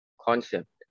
concept